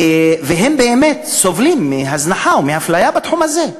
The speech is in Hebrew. והם באמת סובלים מהזנחה ומאפליה בתחום הזה.